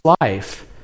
life